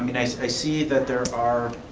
i mean i so i see that there are,